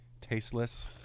tasteless